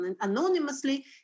anonymously